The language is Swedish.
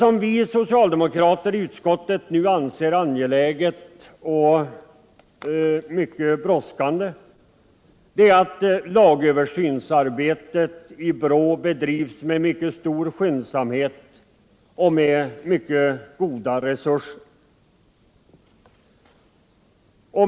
Vi socialdemokrater i utskottet anser det vara angeläget att lagöversynsarbetet i BRÅ bedrivs med mycket stor skyndsamhet och med mycket goda resurser.